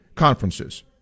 conferences